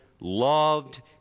loved